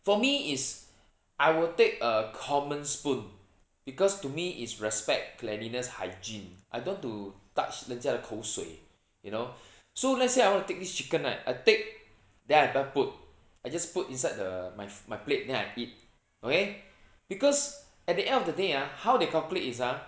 for me is I will take a common spoon because to me is respect cleanliness hygiene I don't want to touch 人家的口水 you know so let's say I want to take this chicken right I take then I ju~ put I just put inside the my my plate then I eat okay because at the end of the day ah how they calculate is ah